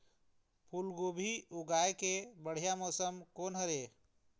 फूलगोभी उगाए के बढ़िया मौसम कोन हर ये?